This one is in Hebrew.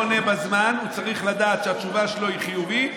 צריך לדעת שהתשובה שלו היא חיובית,